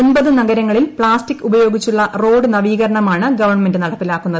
ഒൻപത് നഗരങ്ങളിൽ പ്താസ്റ്റിക് ഉപയോഗിച്ചുളള റോഡ് നവീകരണമാണ് ഗവൺമെന്റ് നടപ്പിലാക്കുന്നത്